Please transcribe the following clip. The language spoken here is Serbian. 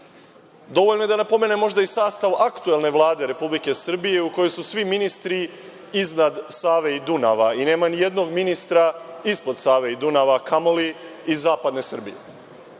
Dovoljno je da napomenem možda i sastav aktuelne Vlade Republike Srbije u kojoj su svi ministri iznad Save i Dunava i nema nijednog ministra ispod Save i Dunava, kamoli iz Zapadne Srbije.